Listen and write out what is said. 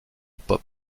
pop